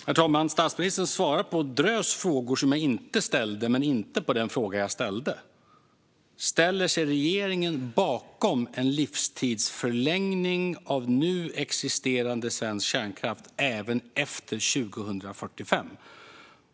Herr talman! Statsministern svarar på en drös frågor som jag inte ställde, men inte på den fråga jag ställde: Ställer sig regeringen bakom en livstidsförlängning av nu existerande svensk kärnkraft även efter 2045?